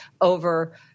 over